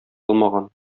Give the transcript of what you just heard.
алмаган